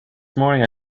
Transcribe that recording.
morning